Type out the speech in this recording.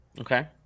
Okay